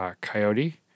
Coyote